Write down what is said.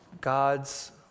God's